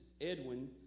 Edwin